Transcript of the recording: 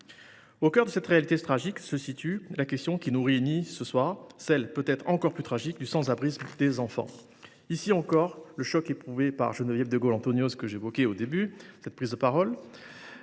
Au cœur de cette réalité tragique se situe la question qui nous réunit aujourd’hui : celle, peut être plus tragique encore, du sans abrisme des enfants. Ici encore, le choc éprouvé par Geneviève de Gaulle Anthonioz, que j’évoquais au début de ma prise de parole,